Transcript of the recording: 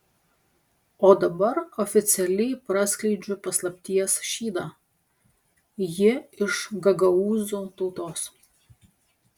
o dabar oficialiai praskleidžiu paslapties šydą ji iš gagaūzų tautos